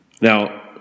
Now